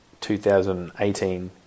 2018